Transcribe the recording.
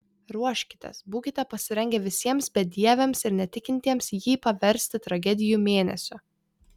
ruoškitės būkite pasirengę visiems bedieviams ir netikintiems jį paversti tragedijų mėnesiu